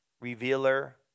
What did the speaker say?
revealer